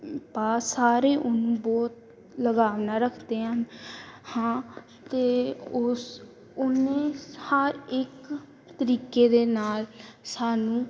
ਪਾ ਸਾਰੇ ਉਹਨੂੰ ਬਹੁਤ ਲਗਾਵ ਨਾਲ ਰੱਖਦੇ ਹਨ ਹਾਂ ਅਤੇ ਉਸ ਉਹਨੇ ਹਰ ਇੱਕ ਤਰੀਕੇ ਦੇ ਨਾਲ ਸਾਨੂੰ